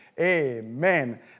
Amen